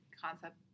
concept